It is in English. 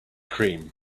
cream